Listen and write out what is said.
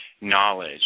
knowledge